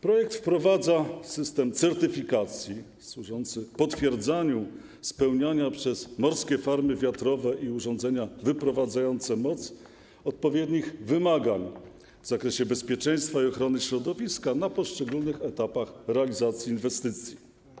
Projekt wprowadza system certyfikacji służący potwierdzaniu spełniania przez morskie farmy wiatrowe i urządzenia wyprowadzające moc odpowiednich wymagań w zakresie bezpieczeństwa i ochrony środowiska na poszczególnych etapach realizacji inwestycji.